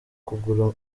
kugura